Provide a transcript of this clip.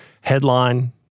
headline